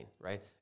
right